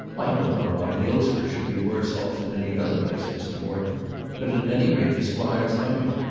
i don't know why dillsborough should be worse off than any other place, mr. morton but at any rate the squire's coming.